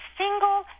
single